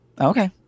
Okay